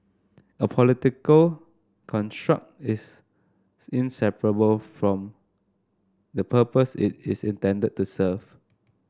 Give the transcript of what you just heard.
a political construct is inseparable from the purpose it is intended to serve